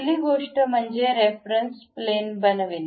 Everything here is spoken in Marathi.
पहिली गोष्ट म्हणजे रेफरन्स प्लेन बनवणे